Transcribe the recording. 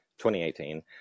2018